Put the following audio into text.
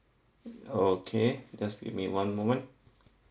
okay just give me one moment